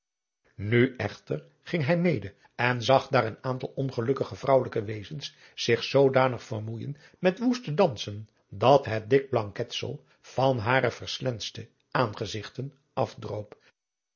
nu echter ging hij mede en zag daar een aantal ongelukkige vrouwelijke wezens zich zoodanig vermoeijen met woeste dansen dat het dik blanketsel van hare verslenste aangezigten afdroop